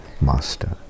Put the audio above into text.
Master